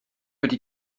wedi